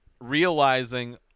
realizing